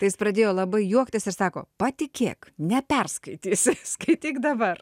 tai jis pradėjo labai juoktis ir sako patikėk neperskaitysi skaityk dabar